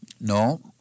No